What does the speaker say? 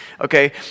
okay